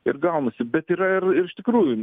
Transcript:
ir gaunasi bet yra ir iš tikrųjų